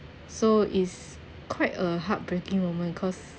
so is quite a heartbreaking moment cause